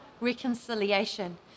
reconciliation